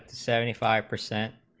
seventy five percent